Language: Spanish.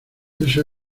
eso